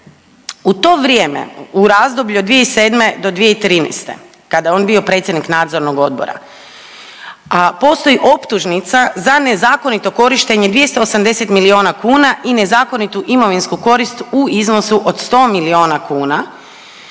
U to vrijeme u razdoblju od 2007. do 2013. kada je on bio predsjednik nadzornog odbora, a postoji optužnica za nezakonito korištenje 280 milijuna kuna i nezakonitu imovinsku korist u iznosu od 100 milijuna kuna,